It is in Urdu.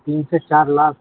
تین سے چار لاکھ